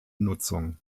nutzung